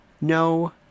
no